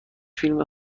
فیلم